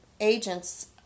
agents